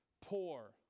poor